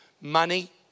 money